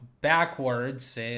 backwards